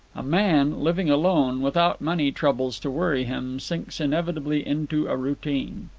a man, living alone, without money troubles to worry him, sinks inevitably into a routine.